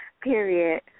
Period